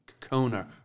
Kona